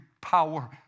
power